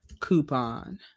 coupon